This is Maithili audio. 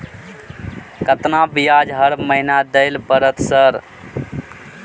केतना ब्याज हर महीना दल पर ट सर?